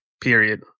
period